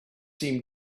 seem